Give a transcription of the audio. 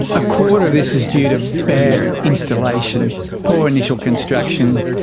a quarter of this is due to bad installation, poor initial construction,